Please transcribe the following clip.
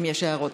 אם יש הערות.